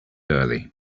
early